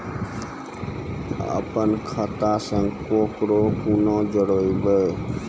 अपन खाता संग ककरो कूना जोडवै?